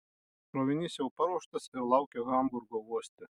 krovinys jau paruoštas ir laukia hamburgo uoste